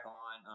on